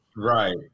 Right